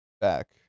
back